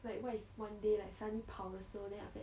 like what if one day like suddenly 跑的时候 then after that